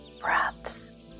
breaths